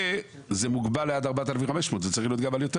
זה מוגבל עד 4,500 שקלים.